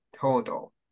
total